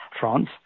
France